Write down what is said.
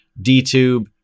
DTube